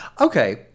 Okay